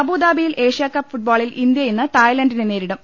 അബുദാബിയിൽ ഏഷ്യകപ്പ് ഫുട്ബോളിൽ ഇന്ത്യ ഇന്ന് തായ്ലന്റിനെ നേരിടും